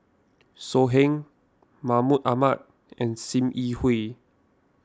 So Heng Mahmud Ahmad and Sim Yi Hui